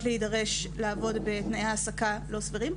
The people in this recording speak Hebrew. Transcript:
להידרש לעבוד בתנאי העסקה לא סבירים,